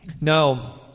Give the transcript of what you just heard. No